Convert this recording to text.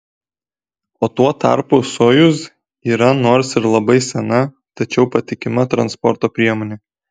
o tuo tarpu sojuz yra nors ir labai sena tačiau patikima transporto priemonė